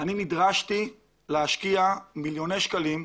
אני נדרשתי להשקיע מיליוני שקלים,